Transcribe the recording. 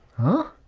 huh?